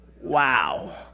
Wow